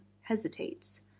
hesitates